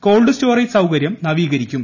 called storage സൌകര്യം നവീകരിക്കും